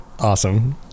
awesome